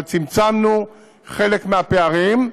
אבל צמצמנו חלק מהפערים,